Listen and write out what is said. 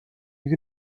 you